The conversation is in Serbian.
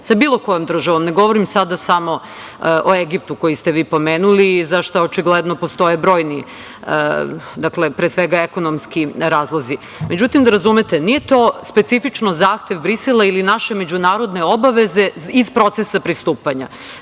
sa bilo kojoj državom, ne govorim sada samo o Egiptu koji ste vi pomenuli i za šta očigledno postoje brojni, pre svega ekonomski razlozi. Međutim, da razumete, nije to specifično zahtev Brisela ili naše međunarodne obaveze iz procesa pristupanja,